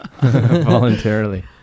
Voluntarily